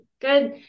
Good